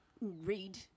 read